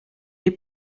est